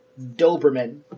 Doberman